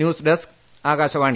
news desk Akashvani